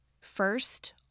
First